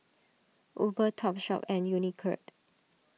Uber Topshop and Unicurd